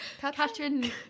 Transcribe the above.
Catherine